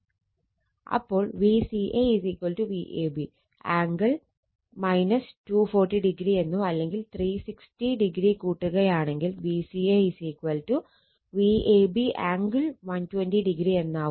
അപ്പോൾ Vca Vab angle 240o എന്നോ അല്ലെങ്കിൽ 360o കൂട്ടുകയാണെങ്കിൽ Vca Vab ആംഗിൾ 120o എന്നാവും